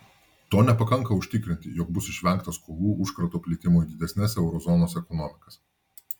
to nepakanka užtikrinti jog bus išvengta skolų užkrato plitimo į didesnes euro zonos ekonomikas